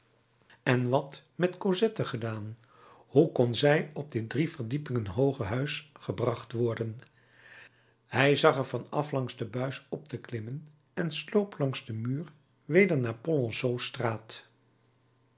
en wat met cosette gedaan hoe kon zij op dit drie verdiepingen hooge huis gebracht worden hij zag er van af langs de buis op te klimmen en sloop langs den muur weder naar